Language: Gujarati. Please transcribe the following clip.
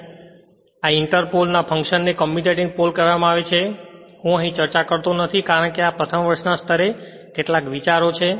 તેથી આ ઈંટર પોલ ના ફંક્શનને કોમ્યુટેટિંગ પોલ કહેવામાં આવે છે હું અહીં ચર્ચા કરતો નથી કારણ કે આ પ્રથમ વર્ષ ના સ્તરે ફક્ત કેટલાક વિચારો છે